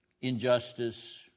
injustice